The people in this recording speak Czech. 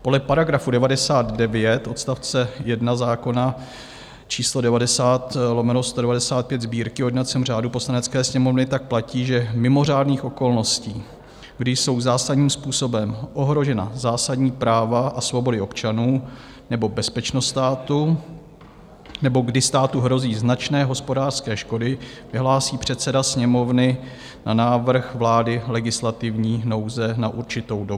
Podle § 99 odst. 1 zákona č. 90/1995 Sb., o jednacím řádu Poslanecké sněmovny, tak platí, že za mimořádných okolností, kdy jsou zásadním způsobem ohrožena zásadní práva a svobody občanů nebo bezpečnost státu nebo kdy státu hrozí značné hospodářské škody, vyhlásí předseda sněmovny na návrh vlády legislativní nouzi na určitou dobu.